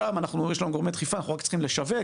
שם, יש לנו גורמי דחיפה אז אנחנו לא צריכים לשווק,